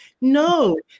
No